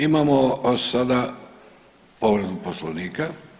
Imamo sada povredu Poslovnika.